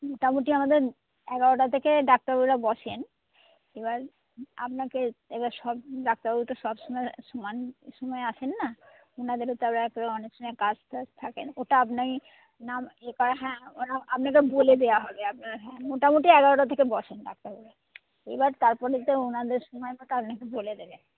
মোটামুটি আমাদের এগারোটা থেকে ডাক্তারবাবুরা বসেন এবার আপনাকে এবার সব ডাক্তারবাবু তো সব সময় সমান সময় আসেন না ওঁদেরও তারপরে অনেক সময় কাজ টাজ থাকে ওটা আপনি নাম এ করার হ্যাঁ ওটা আপনাকে বলে দেওয়া হবে আপনার হ্যাঁ মোটামুটি এগারোটা থেকে বসেন ডাক্তারবাবুরা এবার তারপরে তো ওঁদের সময় মতো আপনাকে বলে দেবে